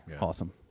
Awesome